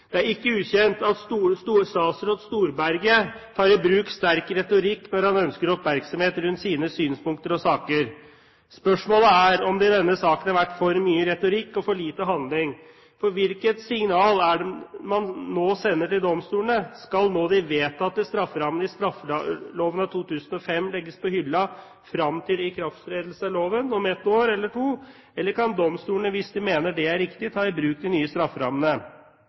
Det er ikke ukjent at statsråd Storberget tar i bruk sterk retorikk når han ønsker oppmerksomhet rundt sine synspunkter og saker. Spørsmålet er om det i denne saken har vært for mye retorikk og for lite handling. For hvilket signal er det man nå sender til domstolene? Skal nå de vedtatte strafferammene i straffeloven av 2005 legges på hylla frem til ikrafttredelse av loven om et år eller to? Eller kan domstolene, hvis de mener det er riktig, ta i bruk de nye strafferammene?